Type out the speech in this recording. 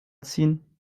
ziehen